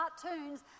cartoons